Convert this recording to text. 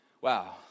wow